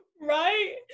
right